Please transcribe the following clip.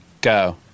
Go